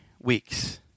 weeks